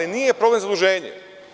Nije problem zaduženje.